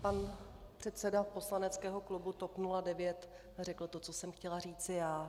Pan předseda poslaneckého klubu TOP 09 řekl to, co jsem chtěla říci já.